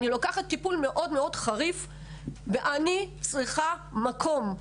שאני לוקחת טיפול מאוד מאוד חריף ושאני צריכה מקום.